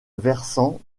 versant